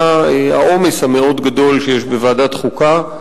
העומס המאוד גדול שיש בוועדת החוקה,